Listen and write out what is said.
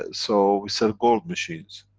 ah so, we sell gold machines,